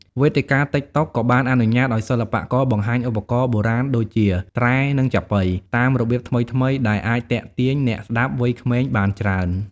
វេទិកា តិកតុក ក៏បានអនុញ្ញាតឲ្យសិល្បករបង្ហាញឧបករណ៍បុរាណដូចជា ត្រែ និងចាប៉ី តាមរបៀបថ្មីៗ ដែលអាចទាក់ទាញអ្នកស្តាប់វ័យក្មេងបានច្រើន។